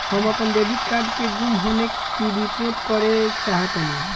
हम अपन debit card के गुम होने की रिपोर्ट करे चाहतानी